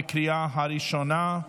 בקריאה הראשונה.